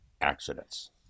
accidents